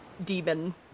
demon